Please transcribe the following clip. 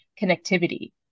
connectivity